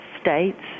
states